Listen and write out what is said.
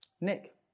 Nick